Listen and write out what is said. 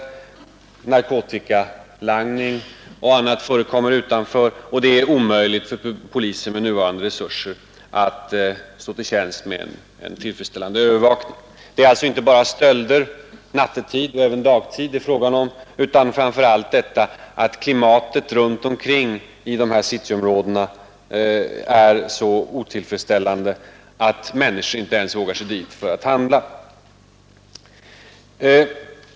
Narkotikalangning och annat förekommer utanför, och det är omöjligt för polisen att med nuvarande resurser stå till tjänst med en tillfredsställande övervakning. Det är alltså inte bara fråga om stölder nattetid och även under dagtid, utan framför allt om att klimatet runt omkring i cityområdena är så otillfredsställande att människor inte ens vågar sig dit för att handla.